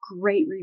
great